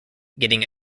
getting